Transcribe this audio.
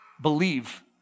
believe